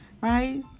right